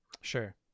Sure